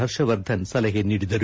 ಹರ್ಷವರ್ಧನ್ ಸಲಹೆ ನೀಡಿದರು